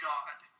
God